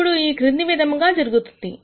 ఇప్పుడు ఈ క్రింది విధముగా జరుగుతుంది